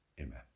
Amen